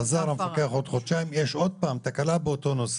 חזר המפקח כעבור חודשיים ויש תקלה באותו נושא.